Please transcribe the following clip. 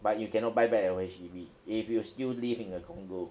but you cannot buy back your H_D_B if you will still live in the condo